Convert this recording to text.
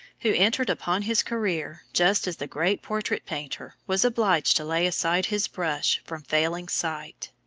who entered upon his career just as the great portrait-painter was obliged to lay aside his brush from failing sight.